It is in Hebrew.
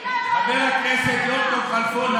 חבר הכנסת יום טוב כלפון,